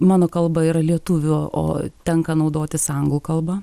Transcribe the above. mano kalba yra lietuvių o tenka naudotis anglų kalba